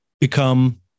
become